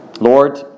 Lord